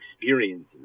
experiences